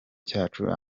cyacu